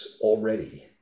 already